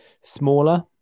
Smaller